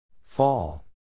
Fall